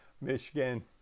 Michigan